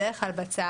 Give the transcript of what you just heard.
בדרך כלל בצוהריים,